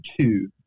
two